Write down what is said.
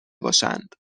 باشند